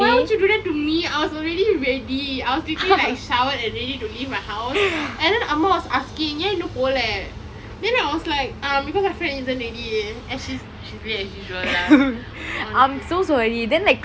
why would you do that to me I was already ready I was quickly like showered and ready to leave my house and then அம்மா:amma was asking ஏன் இன்னும் போலே:yen innum pole then I was like um my friend isn't ready as she's she's late as usual lah oh